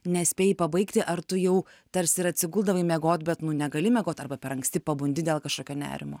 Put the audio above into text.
nespėjai pabaigti ar tu jau tarsi ir atsiguldavai miegot bet negali miegot arba per anksti pabundi dėl kažkokio nerimo